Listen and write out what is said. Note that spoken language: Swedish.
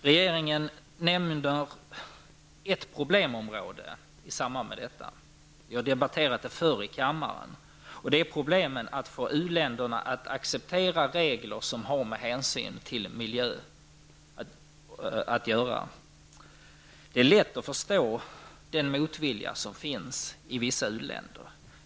Regeringen nämner ett annat problemområde i detta sammanhang, som vi har diskuterat tidigare, och det är problemet att få u-länderna att acceptera sådana regler som har med miljöhänsyn att göra. Det är lätt att förstå den motvilja som finns i vissa u-länder.